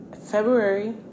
February